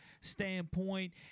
standpoint